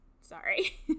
Sorry